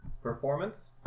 Performance